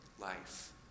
life